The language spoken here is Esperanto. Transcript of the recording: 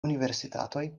universitatoj